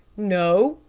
no,